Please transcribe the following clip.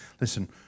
Listen